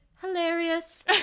hilarious